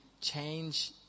change